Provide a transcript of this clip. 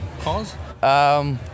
cause